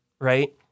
right